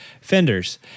fenders